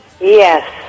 Yes